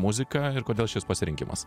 muzika ir kodėl šis pasirinkimas